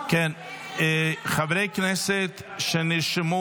חברי כנסת שנרשמו